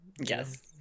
Yes